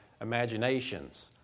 imaginations